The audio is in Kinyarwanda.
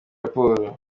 raporo